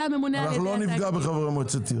הממונה- -- לא נפגע בחברי מועצת עיר.